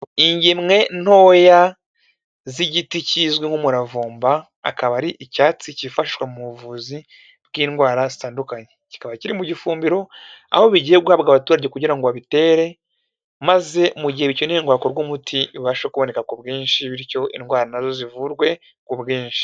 Ingemwe ntoya z'igiti kizwi nk'umuravumba, akaba ari icyatsi kifashwa mu buvuzi bw'indwara zitandukanye, kikaba kiri mu ifumbiro, aho kigiye guhabwa abaturage kugira ngo babitere maze mu gihe bikene ngo hakorwe umuti ubashe kuboneka ku bwinshi, bityo indwara zivurwe ku bwinshi.